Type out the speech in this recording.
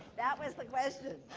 that was the question.